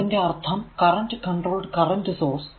അതിന്റെ അർഥം current controlled current source